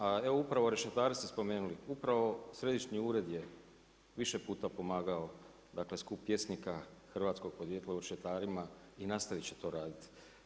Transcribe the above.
A evo upravo Rešetare ste spomenuli, upravo Središnji ured je više puta pomagao dakle skup pjesnika hrvatskog porijekla u Rešetarima i nastaviti će to raditi.